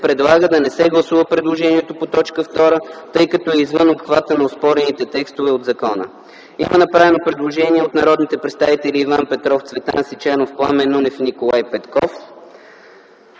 предлага да не се гласува предложението по т. 2, тъй като е извън обхвата на оспорените текстове от закона. Има направено предложение от народните представители Иван Петров, Цветан Сичанов, Пламен Нунев и Николай Петков.